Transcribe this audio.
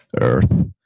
earth